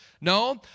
No